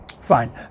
Fine